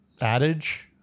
adage